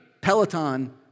Peloton